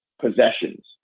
possessions